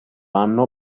anno